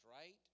right